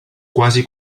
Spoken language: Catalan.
quasi